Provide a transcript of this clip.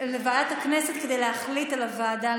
לוועדת הכנסת כדי להחליט על הוועדה,